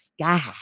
sky